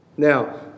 Now